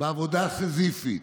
בעבודה סיזיפית